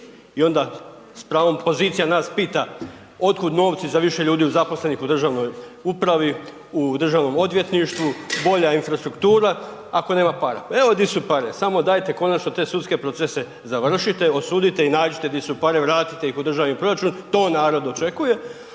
I onda s pravom opozicija nas pita otkud novci za više ljudi zaposlenih u državnoj upravi, u Državnom odvjetništvu, bolja infrastruktura ako nema para, evo di su pare, samo dajte konačno te sudske procese završite, osudite i nađite di su pare, vratite ih u državni proračun, to narod očekuje